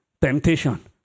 temptation